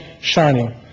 shining